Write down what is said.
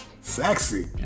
Sexy